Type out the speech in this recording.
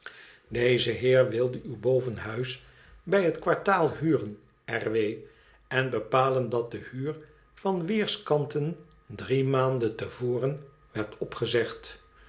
deze heer wilde uw bovenhuis bij het kwartaal htu en r w en bepalen dat de huur van weerskanten drie maanden te voren werd opgezegd